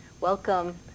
Welcome